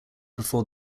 before